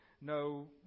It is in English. no